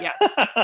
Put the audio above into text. Yes